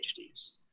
PhDs